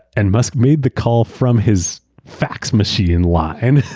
and musk made the call from his fax machine line.